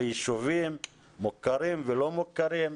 ליישובים מוכרים ולא מוכרים.